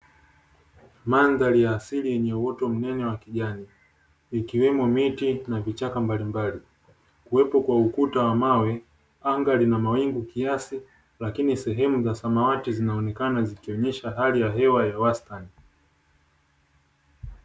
Mandhari ya asili yenye uoto mnene wa kijani ikiwemo miti na vichaka mbalimbali. Kuwepo kwa ukuta wa mawe, anga lina mawingu kiasi lakini sehemu za samawati zinaonekana zikionesha hali ya hewa ya wastani.